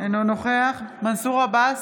אינו נוכח מנסור עבאס,